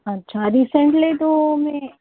अच्छा रिसेंटली तुम्ही